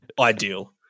ideal